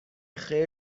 خیر